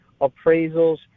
appraisals